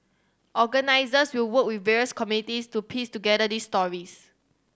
organisers will work with various communities to piece together these stories